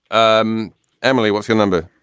um emily, what's your number?